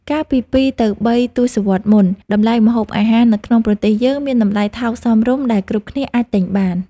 កាលពីពីរទៅបីទសវត្សរ៍មុន តម្លៃម្ហូបអាហារនៅក្នុងប្រទេសយើងមានតម្លៃថោកសមរម្យដែលគ្រប់គ្នាអាចទិញបាន។